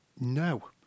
No